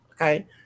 okay